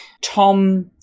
Tom